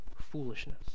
foolishness